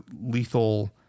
lethal